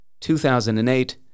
2008